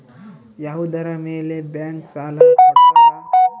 ಯಾವುದರ ಮೇಲೆ ಬ್ಯಾಂಕ್ ಸಾಲ ಕೊಡ್ತಾರ?